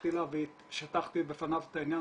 הלכתי אליו ושטחתי בפניו את העניין,